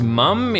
mum